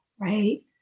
right